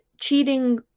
cheating